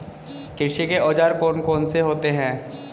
कृषि के औजार कौन कौन से होते हैं?